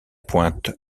pointe